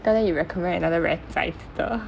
tell them you recommend another very zai teacher